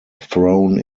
thrown